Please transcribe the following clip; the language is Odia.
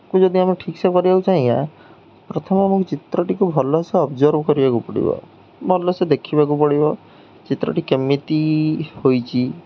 କୁ ଯଦି ଆମେ ଠିକ୍ସେ କରିବାକୁ ଚାହିଁବା ପ୍ରଥମେ ଆମକୁ ଚିତ୍ରଟିକୁ ଭଲସେ ଅବ୍ଜର୍ଭ୍ କରିବାକୁ ପଡ଼ିବ ଭଲସେ ଦେଖିବାକୁ ପଡ଼ିବ ଚିତ୍ରଟି କେମିତି ହୋଇଛି